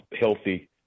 healthy